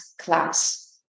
class